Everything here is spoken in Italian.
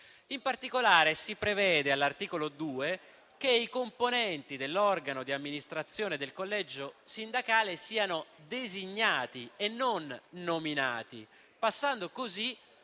In particolare si prevede, all'articolo 2, che i componenti dell'organo di amministrazione del collegio sindacale siano designati e non nominati, passando così